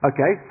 Okay